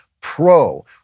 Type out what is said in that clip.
Pro